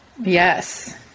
yes